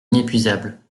inépuisable